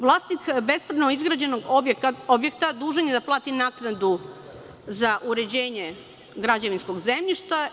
Vlasnik bespravno izgrađenog objekta dužan je da plati naknadu za uređenje građevinskog zemljišta.